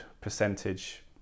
percentage